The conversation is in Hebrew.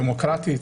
דמוקרטית,